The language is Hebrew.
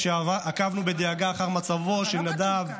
כשעקבנו בדאגה אחר מצבו של נדב,